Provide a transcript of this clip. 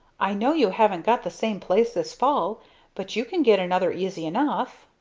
i know you haven't got the same place this fall but you can get another easy enough.